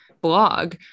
blog